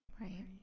Right